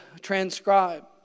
transcribe